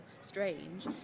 strange